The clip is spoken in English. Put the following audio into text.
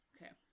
Okay